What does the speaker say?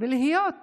ולהיות